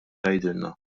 tgħidilna